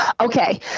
Okay